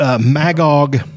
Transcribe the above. Magog